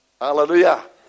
Hallelujah